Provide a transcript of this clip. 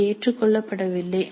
அவை ஏற்றுக்கொள்ளப்படவில்லை